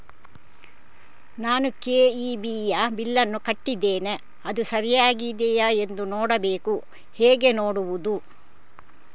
ನಾನು ಕೆ.ಇ.ಬಿ ಯ ಬಿಲ್ಲನ್ನು ಕಟ್ಟಿದ್ದೇನೆ, ಅದು ಸರಿಯಾಗಿದೆಯಾ ಎಂದು ನೋಡಬೇಕು ಹೇಗೆ ನೋಡುವುದು?